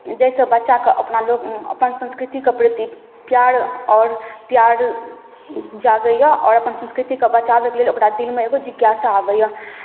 जैसँ बच्चाके अपना लोग अपन संस्कृतिके प्रति प्यार आओर प्यार जागैए आओर अपना संस्कृतिके बचाबैके लेल ओकरा दिलमे एगो जिज्ञासा अबैए